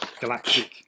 Galactic